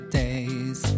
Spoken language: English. days